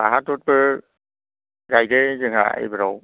बाहादुरबो गायदों जाहा एबाराव